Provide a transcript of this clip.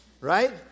right